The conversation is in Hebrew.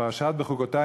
בפרשת בחוקותי,